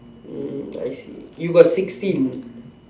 um I see you got sixteen